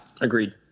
Agreed